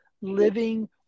living